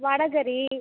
வடைகறி